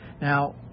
Now